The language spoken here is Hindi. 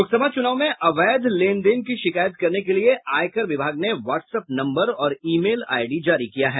लोकसभा चुनाव में अवैध लेन देन की शिकायत करने के लिए आयकर विभाग ने व्हाट्सएप नम्बर और ई मेल आईडी जारी किया गया है